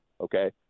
okay